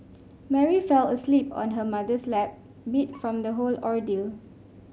Mary fell asleep on her mother's lap beat from the whole ordeal